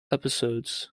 episodes